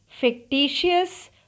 fictitious